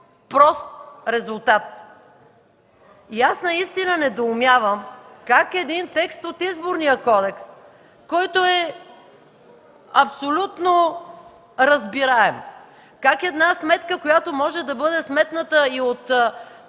прост резултат! Недоумявам как текст от Изборния кодекс, който е абсолютно разбираем, как една сметка, която може да бъде сметната и от